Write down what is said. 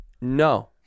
No